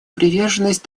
приверженность